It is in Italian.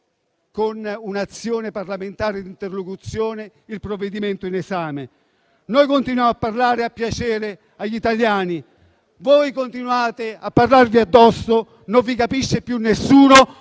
con un'azione parlamentare di interlocuzione, il provvedimento in esame. Noi continuiamo a parlare e a piacere agli italiani, mentre voi continuate a parlarvi addosso e non vi capisce più nessuno.